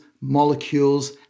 molecules